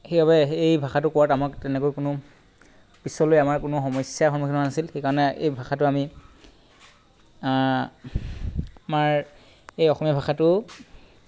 সেইবাবে এই ভাষাটো কোৱাত আমাক তেনেকৈ কোনো পিছলৈ আমাৰ কোনো সমস্যা সন্মুখীন হোৱা নাছিল সেইকাৰণে এই ভাষাটো আমাৰ এই অসমীয়া ভাষাটো